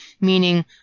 meaning